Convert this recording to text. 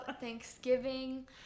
Thanksgiving